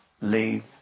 leave